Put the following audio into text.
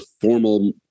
formal